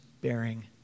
bearing